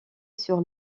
sur